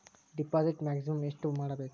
Deposit maximum ಎಷ್ಟು ಮಾಡಬೇಕು?